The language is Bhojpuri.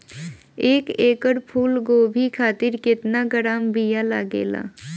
एक एकड़ फूल गोभी खातिर केतना ग्राम बीया लागेला?